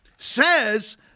Says